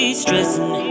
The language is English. stressing